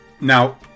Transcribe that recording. Now